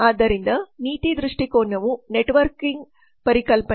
ಆದ್ದರಿಂದ ನೀತಿ ದೃಷ್ಟಿಕೋನವು ನೆಟ್ವರ್ಕಿಂಗ್ ಪರಿಕಲ್ಪನೆ